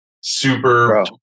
super